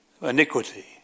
Iniquity